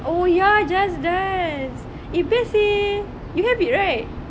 oh ya just dance eh best seh you have it right